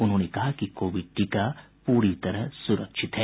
उन्होंने कहा कि कोविड टीका पूरी तरह सुरक्षित है